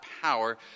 power